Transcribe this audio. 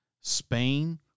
Spain